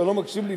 אתה לא מקשיב לי,